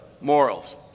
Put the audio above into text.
morals